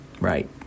Right